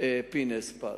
אופיר פינס-פז,